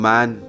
Man